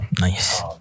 Nice